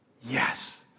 yes